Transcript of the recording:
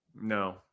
no